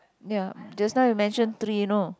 ya just now you mention three you know